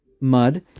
mud